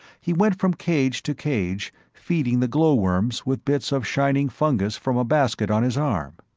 he went from cage to cage, feeding the glow-worms with bits of shining fungus from a basket on his arm.